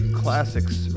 classics